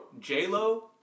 J-Lo